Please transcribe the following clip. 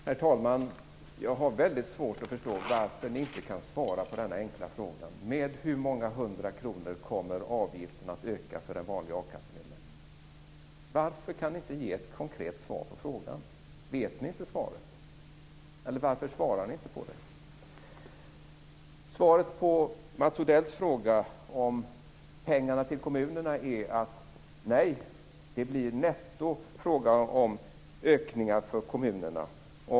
Herr talman! Jag har väldigt svårt att förstå varför kristdemokraterna inte kan svara på denna enkla fråga: Med hur många hundra kronor kommer avgiften att öka för en vanlig a-kassemedlem? Varför kan ni inte ge ett konkret svar på frågan? Vet ni inte svaret? Eller varför svarar ni inte på den? Svaret på Mats Odells fråga om pengarna till kommunerna är: Nej, det är fråga om nettoökningar för kommunerna.